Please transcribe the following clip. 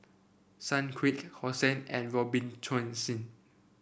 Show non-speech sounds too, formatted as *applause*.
Sunquick Hosen and *unintelligible*